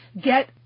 get